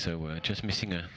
so we're just missing